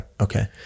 Okay